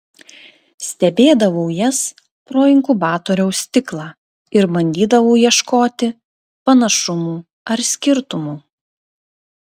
stebėdavau jas pro inkubatoriaus stiklą ir bandydavau ieškoti panašumų ar skirtumų